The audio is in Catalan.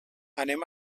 anem